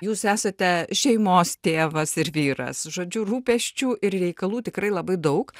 jūs esate šeimos tėvas ir vyras žodžiu rūpesčių ir reikalų tikrai labai daug